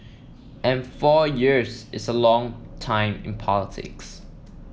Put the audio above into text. and four years is a long time in politics